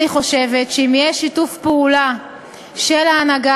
אני חושבת שאם יהיה שיתוף פעולה של ההנהגה